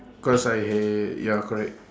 cause I had ya correct